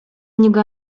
niego